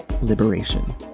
liberation